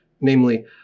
Namely